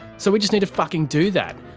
so we just need to fucking do that.